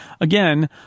again